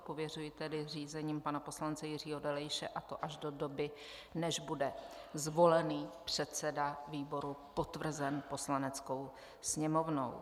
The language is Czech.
Pověřuji tedy řízením pana poslance Jiřího Dolejše, a to do doby, než bude zvolený předseda výboru potvrzen Poslaneckou sněmovnou.